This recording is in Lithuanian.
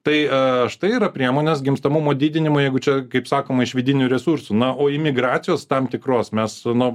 tai a štai yra priemonės gimstamumo didinimui jeigu čia kaip sakoma iš vidinių resursų na o imigracijos tam tikros mes na